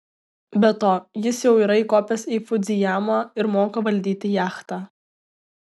be to jis jau yra įkopęs į fudzijamą ir moka valdyti jachtą